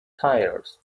tyres